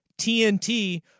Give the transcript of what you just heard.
tnt